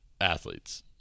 athletes